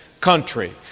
country